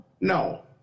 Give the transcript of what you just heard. no